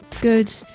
Good